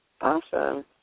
Awesome